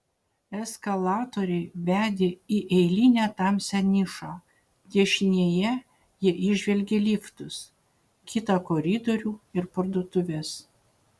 eskalatoriai vedė į eilinę tamsią nišą dešinėje jie įžvelgė liftus kitą koridorių ir parduotuves